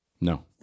No